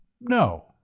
No